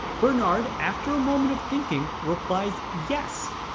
bernard, after a moment of thinking replies, yes.